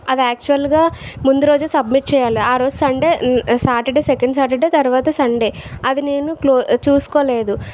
అది యాక్చువల్ గా ముందు రోజు సబ్మిట్ చేయాలి ఆ రోజు సండే సాటర్డే సెకండ్ సాటర్డే తర్వాత సండే అది నేను క్లో చూసుకోలేదు